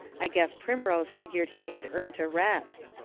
i guess primrose figgered he had earnt a rest.